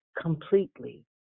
completely